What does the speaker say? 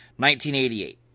1988